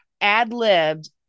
ad-libbed